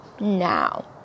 now